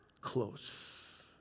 close